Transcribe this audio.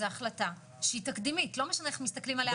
החלטה תקדימית, משני הכיוונים.